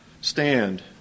stand